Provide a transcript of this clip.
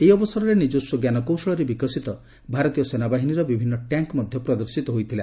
ଏହି ଅବସରରେ ନିକସ୍ୱ ଜ୍ଞାନକୌଶଳରେ ବିକଶିତ ଭାରତୀୟ ସେନାବାହିନୀର ବିଭିନ୍ନ ଟ୍ୟାଙ୍କ୍ ପ୍ରଦର୍ଶିତ ହୋଇଥିଲା